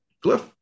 Cliff